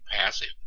passive